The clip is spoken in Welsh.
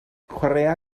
chwaraea